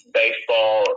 baseball